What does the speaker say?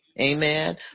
Amen